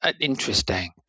interesting